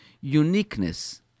uniqueness